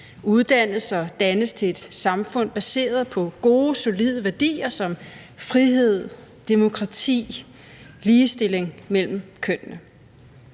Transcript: uddannes og dannes til et samfund baseret på gode, solide værdier som frihed, demokrati og ligestilling mellem kønnene.